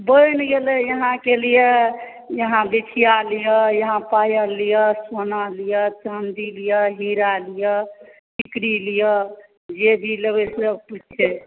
बनि गेलै अहाँकेँ लिए अहाँ बिछिआ लिअ अहाँ पाएल लिअ सोना लिअ चाँदी लिअ हीरा लिअ सिकड़ी लिअ जे भी लेबै सब छै